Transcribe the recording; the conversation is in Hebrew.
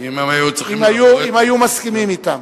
אם היו מסכימים אתם?